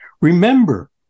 Remember